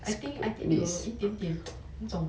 I think I think 有一点点那种